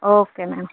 okay ma'am